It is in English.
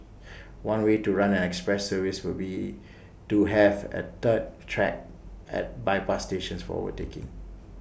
one way to run an express service would be to have A third track at bypass stations for overtaking